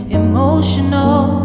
emotional